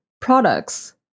products